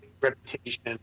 reputation